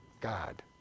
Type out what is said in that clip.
God